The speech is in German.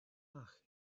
ach